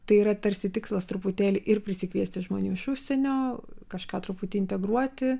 tai yra tarsi tikslas truputėlį ir prisikviesti žmonių iš užsienio kažką truputį integruoti